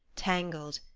tangled,